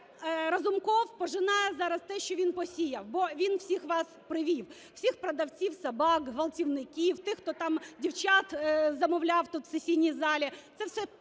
Разумков пожинає зараз те, що він посіяв, бо він всіх вас привів: всіх продавців собак, ґвалтівників, тих, хто там дівчат замовляв тут у сесійній залі,